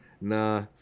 Nah